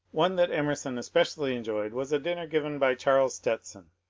one that emerson especially enjoyed was a dinner given by charles stetson,